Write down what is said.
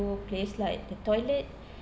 two place like the toilet